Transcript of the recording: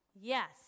yes